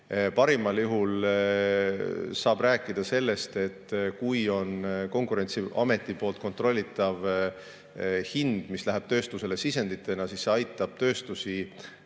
Parimal juhul saab rääkida sellest, et kui on Konkurentsiameti kontrollitav hind, mis läheb tööstusele sisenditena, siis see aitab tööstustel